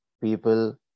people